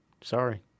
sorry